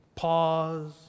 Pause